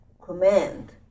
command